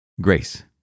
Grace